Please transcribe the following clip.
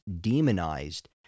demonized